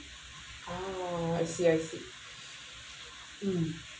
ah I see I see mm